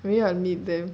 maybe I will meet them